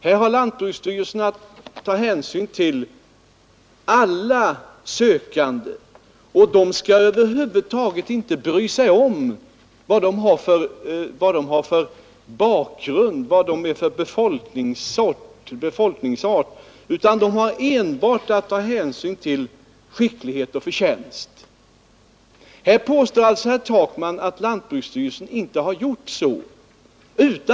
Här har lantbruksstyrelsen att ta hänsyn till alla sökande, och den skall över huvud taget inte bry sig om vad de har för bakgrund och vilket folkslag de tillhör. Lantbruksstyrelsen har enbart att ta hänsyn till skicklighet och förtjänst. Utan att själv ha undersökt materialet påstår alltså herr Takman att lantbruksstyrelsen inte har gjort så.